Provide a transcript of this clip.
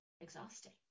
exhausting